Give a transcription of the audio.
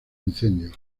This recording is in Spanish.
incendio